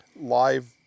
live